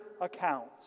accounts